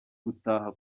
gutaha